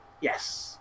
yes